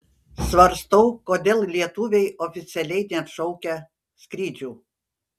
svarstau kodėl lietuviai oficialiai neatšaukia skrydžių